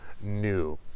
new